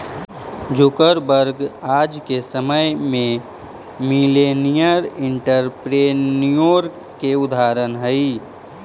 Zuckerberg आज के समय में मिलेनियर एंटरप्रेन्योर के उदाहरण हई